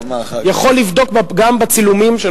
אתה יכול לבדוק גם בצילומים של ערוץ הכנסת.